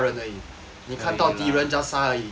你看到敌人 just 杀而已